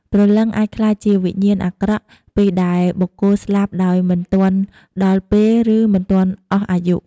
ព្រលឹងអាចក្លាយជាវិញ្ញាណអាក្រក់ ពេលដែលបុគ្គលស្លាប់ដោយមិនទាន់ដល់ពេល ឬមិនទាន់អស់អាយុ។